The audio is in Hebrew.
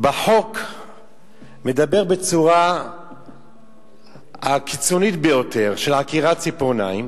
החוק מדבר בצורה הקיצונית ביותר על עקירת ציפורניים